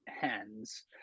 hands